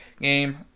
game